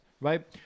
right